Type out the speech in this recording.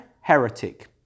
heretic